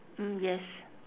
mm yes